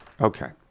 Okay